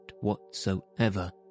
whatsoever